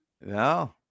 No